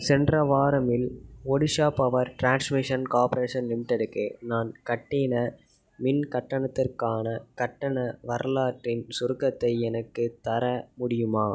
சென்ற வாரமில் Odisha power transmission corporation லிமிடெட்க்கு நான் கட்டிய மின் கட்டணத்திருக்கான கட்டண வரலாற்றின் சுருக்கத்தை எனக்குத் தர முடியுமா